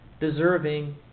deserving